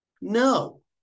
No